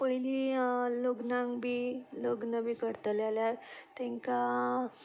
पयलीं लग्नाक बी लग्न बी करतले जाल्यार तांकां